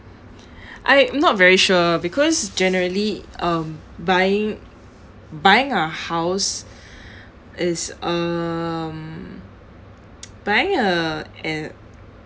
I not very sure because generally um buying buying a house is um buying a an